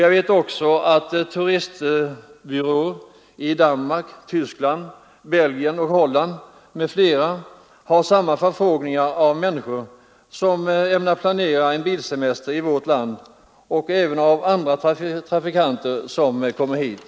Jag vet också att 30 januari 1974 turistbyråer i Danmark, Tyskland, Belgien, Holland m.fl. länder får ———— motsvarande förfrågningar från människor som planerar en bilsemester i Allmänpolitisk vårt land och även från andra trafikanter som kommer hit.